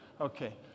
Okay